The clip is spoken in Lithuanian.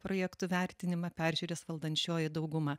projektų vertinimą peržiūrės valdančioji dauguma